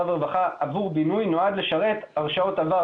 והרווחה עבור בינוי נועד לשרת הרשאות עבר,